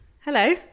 Hello